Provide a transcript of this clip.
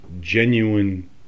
genuine